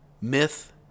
myth